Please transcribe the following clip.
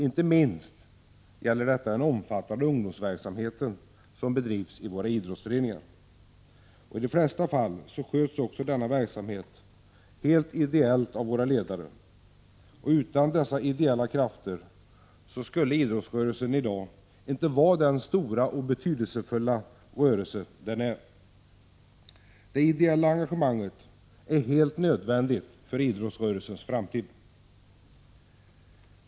Inte minst gäller detta den omfattande ungdomsverksamheten som bedrivs i våra idrottsföreningar. I de flesta fall sköts denna verksamhet helt ideellt av våra ledare, och utan dessa ideella krafter skulle inte idrottsrörelsen i dag vara den stora och betydelsefulla rörelse den är. Det ideella engagemanget är helt nödvändigt för idrottsrörelsens framtid.